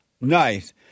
Nice